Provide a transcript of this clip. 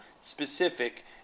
specific